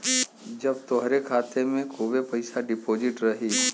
जब तोहरे खाते मे खूबे पइसा डिपोज़िट रही